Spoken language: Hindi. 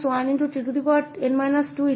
वें 𝑛th डेरीवेटिव में केवल 𝑛